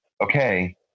okay